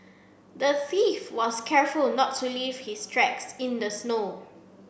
the thief was careful not to leave his tracks in the snow